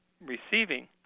receiving